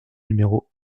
numéro